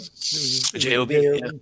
J-O-B